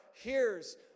hears